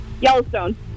Yellowstone